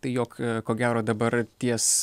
tai jog ko gero dabar ties